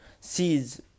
sees